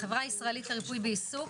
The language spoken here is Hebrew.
החברה הישראלית לריפוי בעיסוק,